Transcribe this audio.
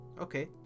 Okay